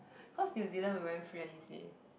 cause New-Zealand we went free and easy